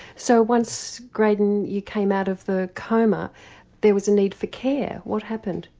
so once grayden you came out of the coma there was a need for care what happened?